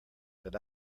that